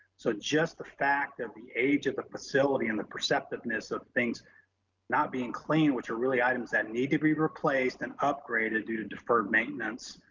so just the fact of the age of the facility and the perceptiveness of things not being cleaned, which are really items that need to be replaced and upgraded due to deferred maintenance,